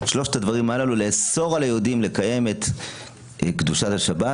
את שלושת הדברים הללו לאסור על היהודים לקיים את קדושת השבת,